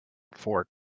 for